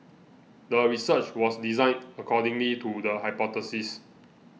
the research was designed according need to the hypothesis